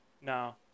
No